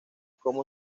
como